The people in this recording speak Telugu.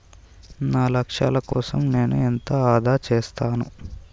నా లక్ష్యాల కోసం నేను ఎంత ఆదా చేస్తాను?